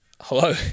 hello